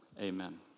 Amen